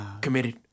committed